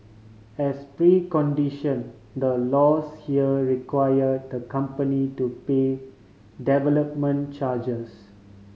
as precondition the laws here require the company to pay development charges